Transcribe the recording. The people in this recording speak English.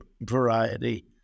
variety